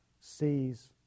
sees